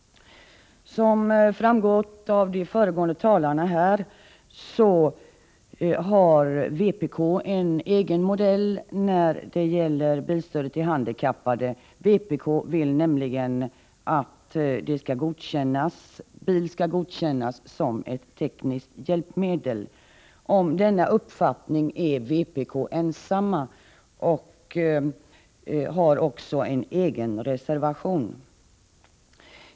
Som framgått av de föregående anförandena har vpk en egen modell när det gäller stöd till de handikappade. Vpk vill nämligen att bil skall godkännas som ett tekniskt hjälpmedel. Om denna uppfattning är vpk ensamt och har också en egen reservation.